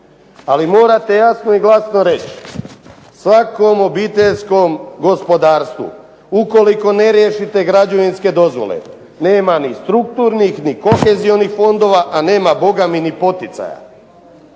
Ali morate jasno i glasno reći svakom obiteljskom gospodarstvu – ukoliko ne riješite građevinske dozvole nema ni strukturnih ni … fondova, a nema bogami ni poticaja.